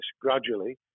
gradually